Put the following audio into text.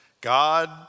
God